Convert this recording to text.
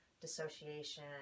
dissociation